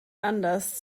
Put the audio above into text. anders